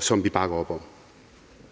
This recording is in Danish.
som vi bakker op om.